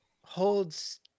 holds